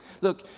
Look